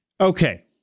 Okay